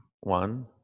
One